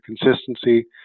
consistency